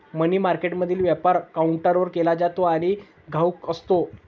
मनी मार्केटमधील व्यापार काउंटरवर केला जातो आणि घाऊक असतो